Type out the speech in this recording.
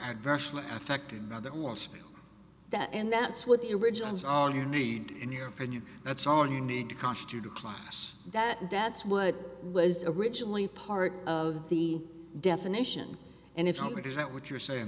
adversely affected by that want that and that's what the original is all you need in your opinion that's all you need to constitute a class that that's what was originally part of the definition and it's not read is that what you're saying